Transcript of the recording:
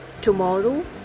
tomorrow